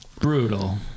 brutal